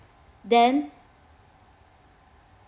then